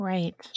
Right